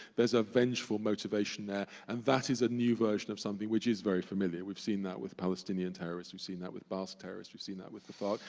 there's a vengeful motivation there, and that is a new version of something which is very familiar. we've seen that with palestinian terrorists. we've seen that with basque terrorists. we've seen that with the farc,